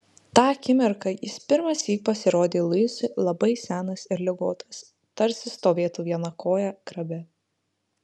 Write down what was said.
tą akimirką jis pirmąsyk pasirodė luisui labai senas ir ligotas tarsi stovėtų viena koja grabe